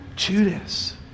Judas